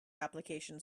application